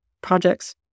projects